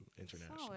International